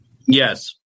yes